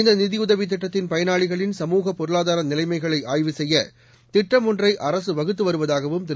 இந்த நிதியுதவி திட்டத்தின் பயனாளிகளின் சமூக பொருளாதார நிலைமைகளை ஆய்வு செய்ய திட்டம் ஒன்றை அரசு வகுத்து வருவதாகவும் திரு